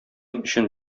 өчен